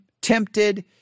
tempted